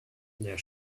their